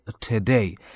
today